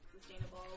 sustainable